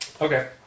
Okay